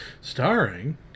Starring